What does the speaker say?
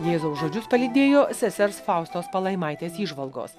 jėzaus žodžius palydėjo sesers faustos palaimaitės įžvalgos